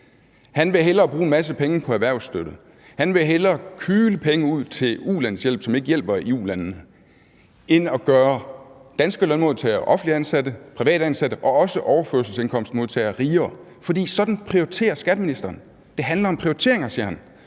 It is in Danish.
han vil hellere bruge en masse penge på erhvervsstøtte, han vil hellere kyle penge ud til ulandshjælp, som ikke hjælper i ulandene, end at gøre danske lønmodtagere – offentligt ansatte og privatansatte – og også overførselsindkomstmodtagere rigere, for sådan prioriterer skatteministeren. Det handler om prioriteringer, siger han,